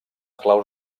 claus